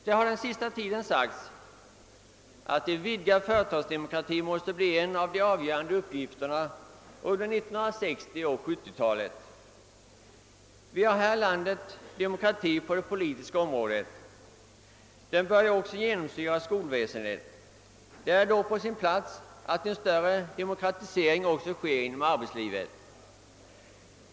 Det har under den senaste tiden sagts att en vidgad företagsdemokrati måste bli en av de avgörande uppgifterna under 1960 och 1970-talen. Vi har här i landet demokrati på det politiska området. Den börjar också genomsyra skolväsendet. Det är då på sin plats att en större demokratisering också sker inom arbetslivet.